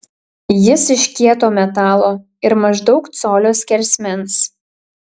jis iš kieto metalo ir maždaug colio skersmens